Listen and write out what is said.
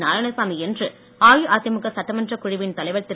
நாராயணசாமி என்று அஇஅதிமுக சட்டமன்ற குழுவின் தலைவர் திரு